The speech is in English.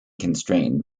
constrained